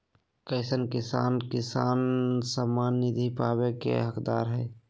कईसन किसान किसान सम्मान निधि पावे के हकदार हय?